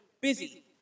busy